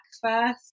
first